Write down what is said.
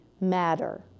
matter